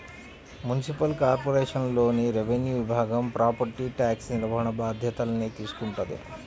municipal కార్పొరేషన్లోని revenue విభాగం property tax నిర్వహణ బాధ్యతల్ని తీసుకుంటది